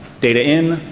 data in,